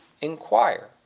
inquire